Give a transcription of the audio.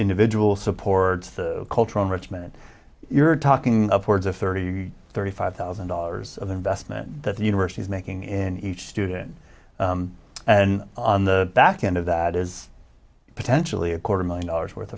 individual supports the cultural richmond you're talking upwards of thirty thirty five thousand dollars of investment the university is making in each student and on the back end of that is potentially a quarter million dollars worth